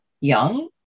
Young